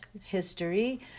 history